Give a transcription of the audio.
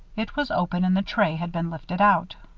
it was open and the tray had been lifted out.